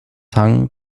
hang